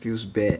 feels bad